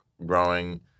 Growing